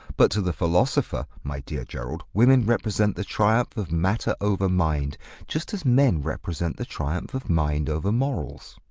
but, to the philosopher, my dear gerald, women represent the triumph of matter over mind just as men represent the triumph of mind over morals.